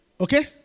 Okay